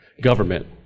government